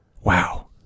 wow